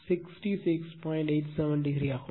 87o ஆகும்